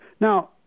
Now